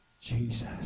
Jesus